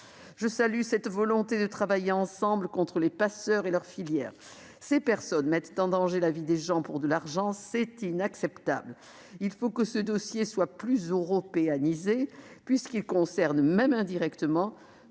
Je salue cette volonté de travailler ensemble contre les passeurs et leurs filières : ces personnes mettent en danger la vie des gens pour de l'argent et c'est inacceptable ! Il faut que ce dossier soit plus « européanisé », puisqu'il concerne, même indirectement,